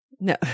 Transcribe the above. No